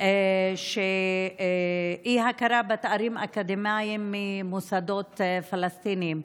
אי-הכרה בתארים אקדמיים ממוסדות פלסטיניים.